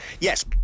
yes